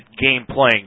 game-playing